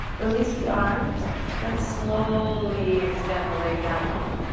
release the arms and slowly extend the legs out long.